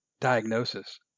diagnosis